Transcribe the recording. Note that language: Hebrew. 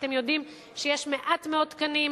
אתם יודעים שיש מעט מאוד תקנים,